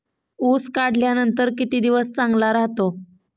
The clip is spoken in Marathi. ऊस काढल्यानंतर किती दिवस चांगला राहतो?